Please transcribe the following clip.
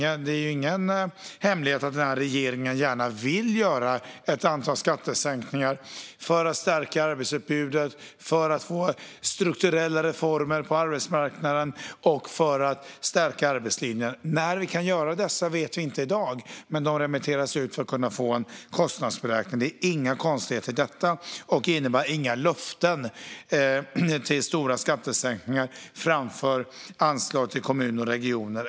Det är ju ingen hemlighet att denna regering gärna vill göra ett antal skattesänkningar för att stärka arbetsutbudet, för att få strukturella reformer på arbetsmarknaden och för att stärka arbetslinjen. När vi kan göra dessa vet vi inte i dag, men förslagen remitteras för att man ska kunna få en kostnadsberäkning. Det är inga konstigheter i detta, och det innebär inga löften om stora skattesänkningar framför exempelvis anslag till kommuner och regioner.